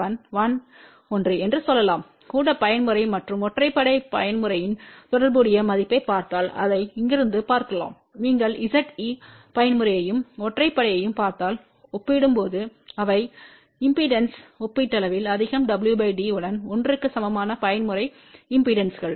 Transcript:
1 1 ஒன்று என்று சொல்லலாம் கூட பயன்முறை மற்றும் ஒற்றைப்படை பயன்முறையின் தொடர்புடைய மதிப்பைப் பார்த்தால் அதை இங்கிருந்து பார்க்கலாம் நீங்கள் Z ஈவ் பயன்முறையையும் ஒற்றைப்படையையும் பார்த்தால் ஒப்பிடும்போது அவை இம்பெடன்ஸ்கள் ஒப்பீட்டளவில் அதிகம் w d உடன் 1 க்கு சமமான பயன்முறை இம்பெடன்ஸ்கள்